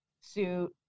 suit